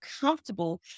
comfortable